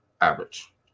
average